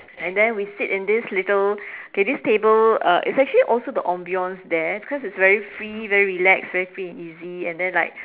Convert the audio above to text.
and then we sit in this little okay this table uh it's actually also the ambiance there because it's very free very relaxed very free and easy and then like